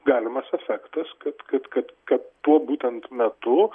galimas efektas kad kad kad kad tuo būtent metu